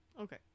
Okay